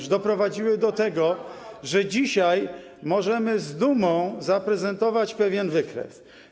Ha, ha, ha! ...doprowadziły do tego, że dzisiaj możemy z dumą zaprezentować pewien wykres.